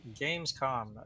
gamescom